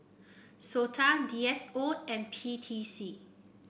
SOTA D S O and P T C